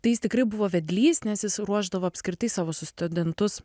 tai jis tikrai buvo vedlys nes jis ruošdavo apskritai savo studentus